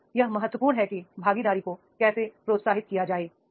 तो यह महत्वपूर्ण है कि भागीदारी को कैसे प्रोत्साहित किया जाए